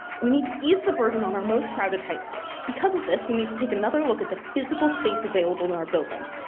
we need to ease the burden on our most crowded high schools because of this we need to take another look at the physical space available in our buildings,